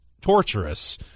torturous